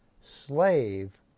slave